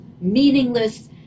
meaningless